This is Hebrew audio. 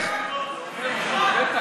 סביבון.